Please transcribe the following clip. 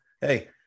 Hey